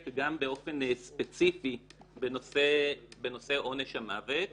גם באופן ספציפי בנושא עונש המוות,